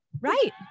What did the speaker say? Right